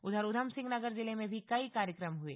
उधर उधमसिंह नगर जिले में भी कई कार्यक्रम हुए